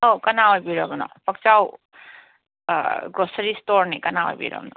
ꯑꯣ ꯀꯅꯥ ꯑꯣꯏꯕꯤꯔꯕꯅꯣ ꯄꯛꯆꯥꯎ ꯒ꯭ꯔꯣꯁꯔꯤ ꯁ꯭ꯇꯣꯔꯅꯦ ꯀꯅꯥ ꯑꯣꯏꯕꯤꯔꯕꯅꯣ